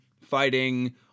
fighting